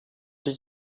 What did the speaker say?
did